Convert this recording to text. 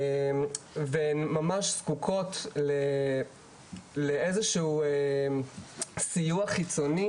והן ממש זקוקות לאיזה שהוא סיוע חיצוני